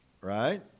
right